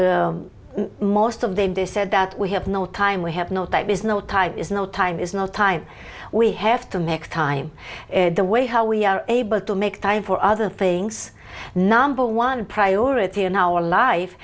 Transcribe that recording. most of them this said that we have no time we have not that is no time is no time is not time we have to mix time the way how we are able to make time for other things number one priority in our life